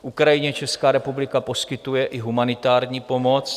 Ukrajině Česká republika poskytuje i humanitární pomoc.